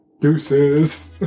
Deuces